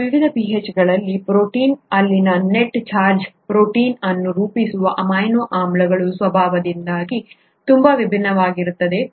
ಮತ್ತು ವಿವಿಧ pH ಗಳಲ್ಲಿ ಪ್ರೋಟೀನ್ ಅಲ್ಲಿನ ನೆಟ್ ಚಾರ್ಜ್ ಪ್ರೋಟೀನ್ ಅನ್ನು ರೂಪಿಸುವ ಅಮೈನೋ ಆಮ್ಲಗಳ ಸ್ವಭಾವದಿಂದಾಗಿ ತುಂಬಾ ವಿಭಿನ್ನವಾಗಿರುತ್ತದೆ